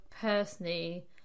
personally